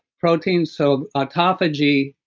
protein, so autophagy,